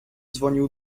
dzwonił